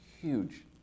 huge